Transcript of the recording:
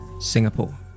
Singapore